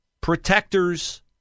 protectors